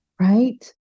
right